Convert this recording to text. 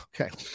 Okay